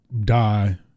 die